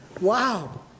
wow